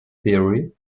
theory